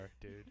dude